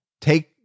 take